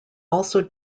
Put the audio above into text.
also